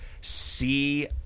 see